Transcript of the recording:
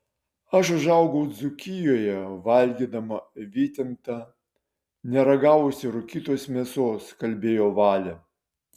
aš užaugau dzūkijoje valgydama vytintą neragavusi rūkytos mėsos kalbėjo valė